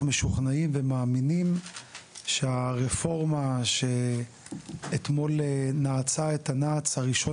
משוכנעים ומאמינים שהרפורמה שאתמול נעצה את הנעץ הראשון